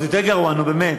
אז יותר גרוע, נו, באמת.